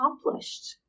accomplished